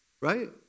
Right